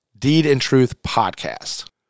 deedandtruthpodcast